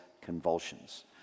convulsions